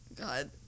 God